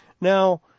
Now